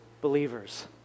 believers